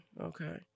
Okay